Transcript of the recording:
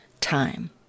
time